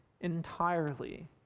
entirely